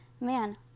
man